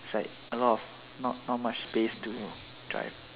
is like a lot of not not much space to drive